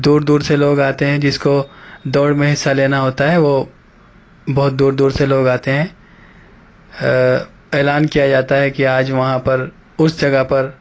دور دور سے لوگ آتے ہیں جس کو دوڑ میں حصہ لینا ہوتا ہے وہ بہت دور دور سے لوگ آتے ہیں اعلان کیا جاتا ہے کہ آج وہاں پر اس جگہ پر